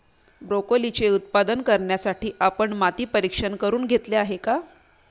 ब्रोकोलीचे उत्पादन करण्यासाठी आपण माती परीक्षण करुन घेतले आहे का?